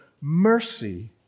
mercy